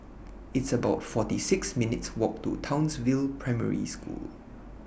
It's about forty six minutes' Walk to Townsville Primary School